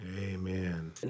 Amen